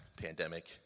pandemic